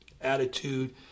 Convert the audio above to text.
attitude